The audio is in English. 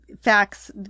facts